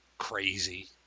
crazy